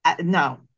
no